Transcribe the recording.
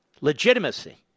legitimacy